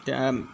এতিয়া